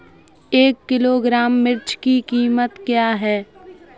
एक किलोग्राम मिर्च की कीमत क्या है?